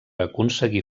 aconseguir